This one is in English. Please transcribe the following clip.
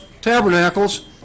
Tabernacles